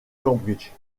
cambridge